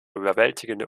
überwältigende